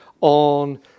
on